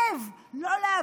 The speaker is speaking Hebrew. למה אתה